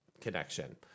connection